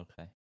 okay